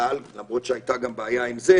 למרות שהייתה גם בעיה עם זה,